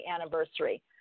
anniversary